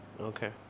Okay